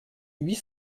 huit